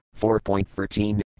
4.13